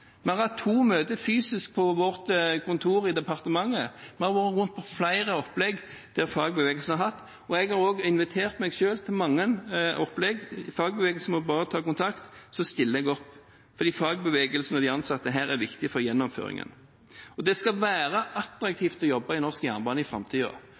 Vi har hatt to møter fysisk på vårt kontor i departementet, vi har vært rundt på flere opplegg fagbevegelsen har hatt, og jeg har også invitert meg selv til mange opplegg. Fagbevegelsen må bare ta kontakt, så stiller jeg opp, fordi fagbevegelsen og de ansatte her er viktig for gjennomføringen. Det skal være attraktivt å jobbe i norsk jernbane i